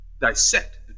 dissect